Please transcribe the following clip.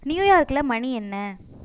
நியூயார்க்கில் மணி என்ன